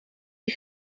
die